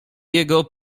jego